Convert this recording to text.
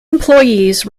employees